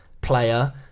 player